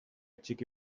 txiki